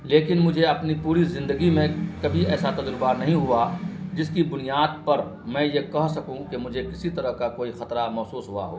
لیکن مجھے اپنی پوری زندگی میں کبھی ایسا تجربہ نہیں ہوا جس کی بنیاد پر میں یہ کہہ سکوں کہ مجھے کسی طرح کا کوئی خطرہ محسوس ہوا ہوا